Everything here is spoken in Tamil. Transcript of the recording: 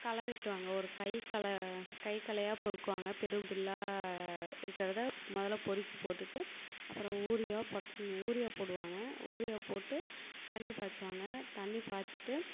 களை வெட்டுவாங்க ஒரு கை களை கை களையா பொறுக்குவாங்க பெரும் புல்லா இருக்கிறத முதல்ல பொறுக்கி போட்டுவிட்டு அப்புறம் யூரியா பொட் யூரியா போடுவாங்க யூரியா போட்டு தண்ணி பாய்ச்சுவாங்க தண்ணி பாய்ச்சிட்டு